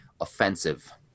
offensive